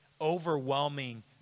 overwhelming